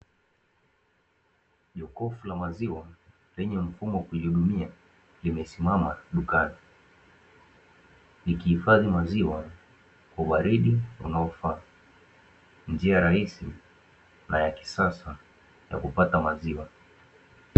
Jokofu la maziwa lenye mfumo wa kujihudumia limesimama dukani, likihifadhi maziwa kwa ubaridi unaofaa, njia rahisi na ya kisasa ya kupata maziwa.